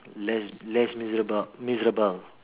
les les les-miserables